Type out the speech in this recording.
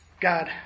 God